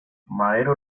madero